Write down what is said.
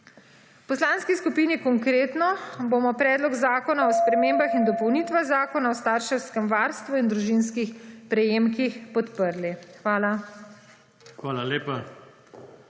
V Poslanski skupini Konkretno bomo Predlog zakona o spremembah in dopolnitvah Zakona o starševskem varstvu in družinskih prejemkih podprli. Hvala.